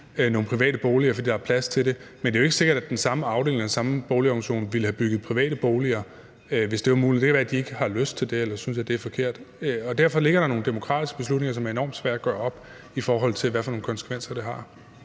nogle private boliger, fordi der er plads til det. Men det er jo ikke sikkert, at den samme afdeling og den samme boligorganisation ville have bygget private boliger, hvis det var muligt. Det kan være, at de ikke har lyst til det eller synes, at det er forkert. Derfor ligger der nogle demokratiske beslutninger, som gør det enormt svært at gøre op, hvad for nogle konsekvenser det har.